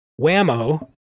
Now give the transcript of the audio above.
whammo